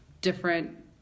different